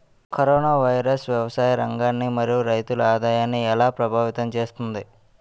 Corona virus వ్యవసాయ రంగాన్ని మరియు రైతుల ఆదాయాన్ని ఎలా ప్రభావితం చేస్తుంది?